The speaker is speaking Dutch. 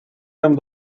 hem